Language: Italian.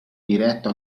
diretto